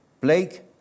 Blake